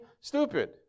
stupid